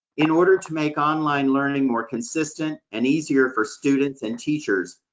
in order to make online learning more consistent and easier for students and teachers,